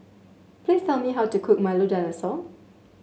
please tell me how to cook Milo Dinosaur